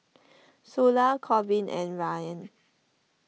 Sula Korbin and Ryann